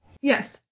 Yes